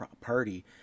party